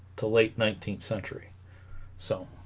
to late nineteenth century so